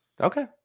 Okay